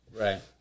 Right